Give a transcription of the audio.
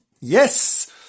Yes